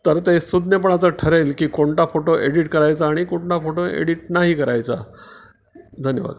तर ते सुज्ञपणाचं ठरेल की कोणता फोटो एडिट करायचा आणि कोणता फोटो एडिट नाही करायचा धन्यवाद